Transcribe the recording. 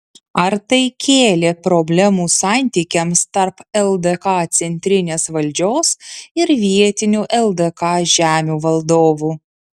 ar tai kėlė problemų santykiams tarp ldk centrinės valdžios ir vietinių ldk žemių valdovų